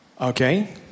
Okay